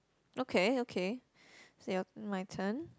okay okay so y~ my turn